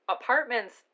apartments